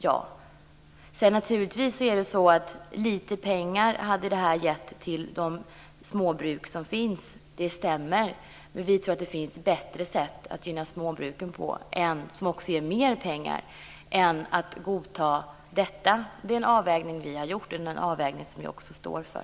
Det stämmer att det här hade gett lite pengar till de småbruk som finns, men vi tror att det finns bättre sätt att gynna småbruken på, som också ger mer pengar, än att godta detta. Det är en avvägning som vi har gjort och en avvägning som vi också står för.